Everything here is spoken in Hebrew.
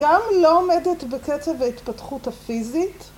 גם לא עומדת בקצב ההתפתחות הפיזית,